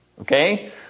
Okay